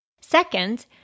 Second